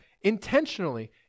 intentionally